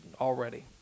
already